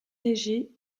léger